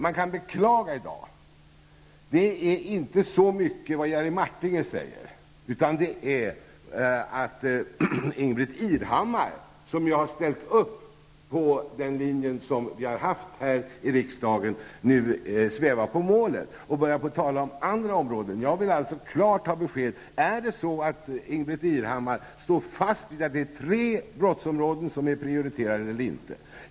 Man kan i dag beklaga, inte så mycket det som Jerry Martinger sade, utan att Ingbritt Irhammar som tidigare har ställt sig bakom riksdagens linje, nu svävar på målet och börjar tala om andra områden. Jag vill ha ett klart besked: Står Ingbritt Irhammar fast vid att dessa tre brottsområden skall prioriteras?